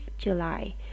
July